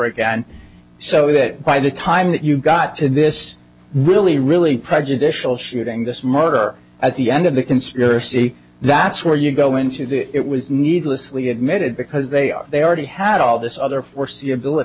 again so that by the time that you got to this really really prejudicial shooting this murder at the end of the conspiracy that's where you go into it was needlessly admitted because they are they already had all this other foreseeability